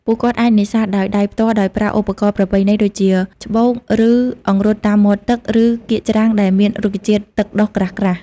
ពួកគាត់អាចនេសាទដោយដៃផ្ទាល់ដោយប្រើឧបករណ៍ប្រពៃណីដូចជាច្បូកឬអង្រុតតាមមាត់ទឹក ឬកៀកច្រាំងដែលមានរុក្ខជាតិទឹកដុះក្រាស់ៗ។